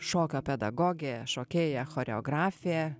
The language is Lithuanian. šokio pedagogė šokėja choreografė